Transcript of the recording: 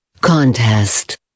Contest